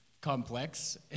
complex